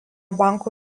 banko